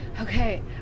okay